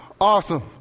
Awesome